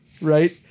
right